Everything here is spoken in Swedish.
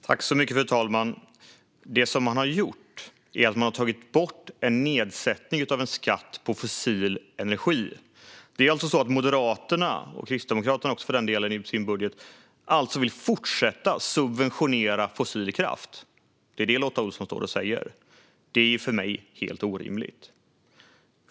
Fru talman! Det som man har gjort är att man har tagit bort en nedsättning av en skatt på fossil energi. Moderaterna och Kristdemokraterna vill i sin budget fortsätta att subventionera fossil kraft. Det är detta Lotta Olsson säger. Det är för mig helt orimligt.